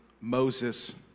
Moses